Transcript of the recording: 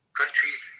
countries